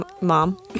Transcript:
mom